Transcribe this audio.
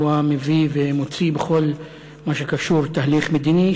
הוא המביא ומוציא בכל מה שקשור בתהליך המדיני,